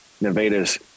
Nevada's